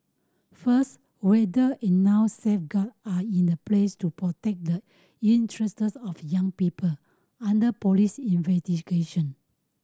first whether enough safeguard are in the place to protect the interests of young people under police investigation